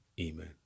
Amen